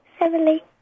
Emily